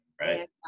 Right